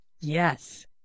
Yes